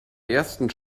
ersten